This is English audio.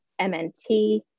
MNT